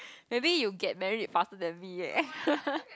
maybe you get married faster than me eh